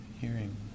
hearing